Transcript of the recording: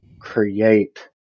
create